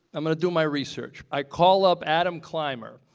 i'm going to do my research. i call up adam clymer,